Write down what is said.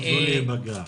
לא להיפגע.